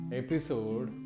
episode